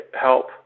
help